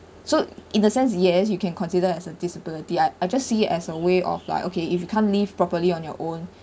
so in a sense yes you can consider as a disability I I just see it as a way of like okay if you can't live properly on your own